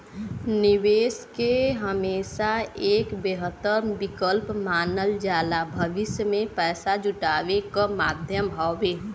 निवेश के हमेशा एक बेहतर विकल्प मानल जाला भविष्य में पैसा जुटावे क माध्यम हउवे